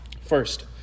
First